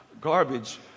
garbage